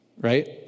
Right